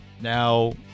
Now